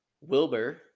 Wilbur